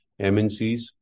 MNCs